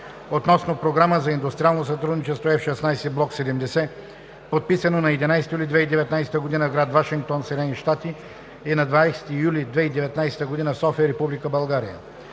относно програма за индустриално сътрудничество F-16 блок 70, подписано на 11 юли 2019 г. в град Вашингтон, САЩ, и на 12 юли 2019 г. в град София, Република България.